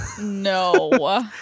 No